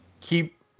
keep